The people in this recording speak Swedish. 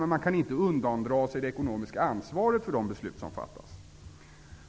Men man kan inte undandra sig det ekonomiska ansvaret för de beslut som fattas.